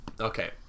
okay